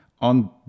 on